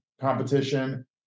competition